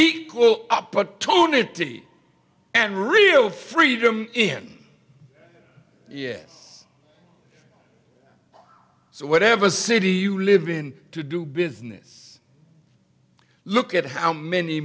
equal opportunity and real freedom in yeah whatever city you live in to do business look at how many